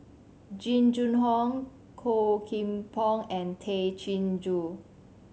Jing Jun Hong Low Kim Pong and Tay Chin Joo